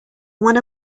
one